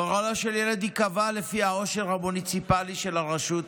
גורלו של ילד ייקבע לפי העושר המוניציפלי של הרשות.